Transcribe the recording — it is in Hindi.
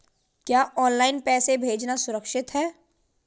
क्या ऑनलाइन पैसे भेजना सुरक्षित है?